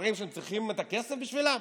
דברים שהם צריכים את הכסף בשבילם?